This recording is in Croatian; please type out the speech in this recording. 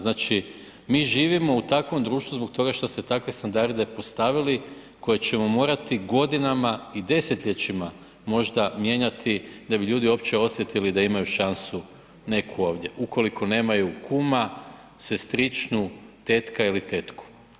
Znači, mi živimo u takvom društvu zbog toga što ste takve standarde postavili koje ćemo morati godinama i desetljećima možda mijenjati da bi ljudi uopće osjetili da imaju šansu neku ovdje, ukoliko nemaju kuma, sestričnu, tetka ili tetku.